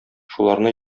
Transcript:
шуларны